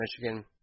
Michigan